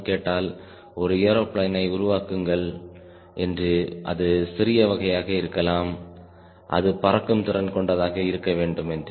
Ghosh கேட்டால் ஒரு ஏர்பிளேனை உருவாக்குங்கள் என்று அது சிறிய வகையாக இருக்கலாம் அது பறக்கும் திறன் கொண்டதாக இருக்க வேண்டும் என்று